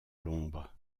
l’ombre